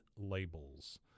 labels